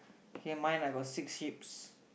okay mine I got six Sheeps